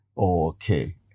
Okay